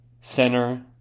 Center